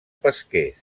pesquers